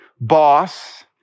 boss